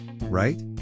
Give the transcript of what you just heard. right